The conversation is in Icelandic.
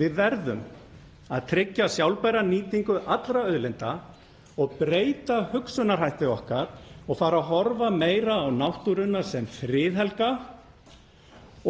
Við verðum að tryggja sjálfbæra nýtingu allra auðlinda og breyta hugsunarhætti okkar og fara að horfa meira á náttúruna sem friðhelga